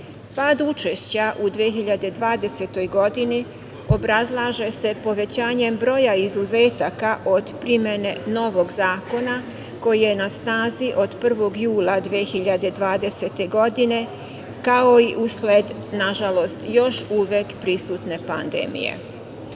Pad učešća u 2020. godini obrazlaže se povećanjem broja izuzetaka od primene novog zakona koji je na snazi od 1. jula 2020. godine, kao i usled, nažalost, još uvek prisutne